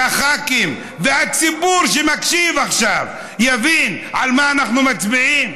שהח"כים והציבור שמקשיב עכשיו יבינו על מה אנחנו מצביעים?